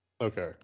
Okay